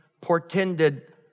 portended